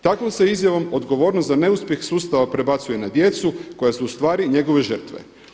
Takovom se izjavom odgovornost za neuspjeh sustava prebacuje na djecu koja su ustvari njegove žrtve.